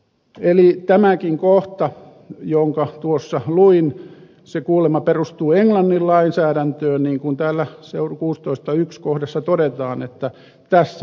eli tämäkin kohta jonka tuossa luin se kuulemma perustui lainsäädäntöön niin kuin täällä seurukuustoista yks kohdassa todetaan että tässä